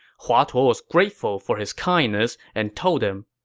hua tuo was grateful for his kindness and told him,